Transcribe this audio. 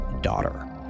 Daughter